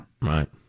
Right